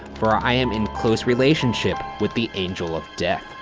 for i am in close relationship with the angel of death.